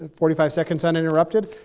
forty five seconds uninterrupted.